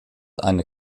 eine